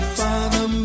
father